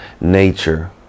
nature